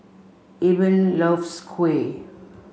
Eben loves Kuih